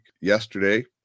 yesterday